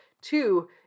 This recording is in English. Two